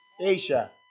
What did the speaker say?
Asia